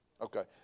Okay